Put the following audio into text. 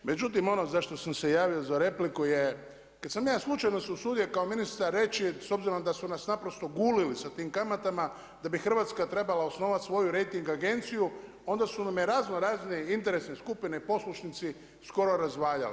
Međutim, zašto sam se javio za repliku je kad sam ja slučajno se usudio kao ministar reći s obzirom da su nas naprosto gulili sa tim kamatama, da bi Hrvatska trebala osnovati svoju rejting agenciju, onda su nam je razno razne interesne skupine, poslušnici skoro razvaljali.